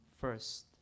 first